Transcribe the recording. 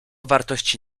wartości